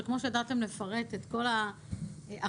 שכמו שידעתם לפרט את כל האחוזים,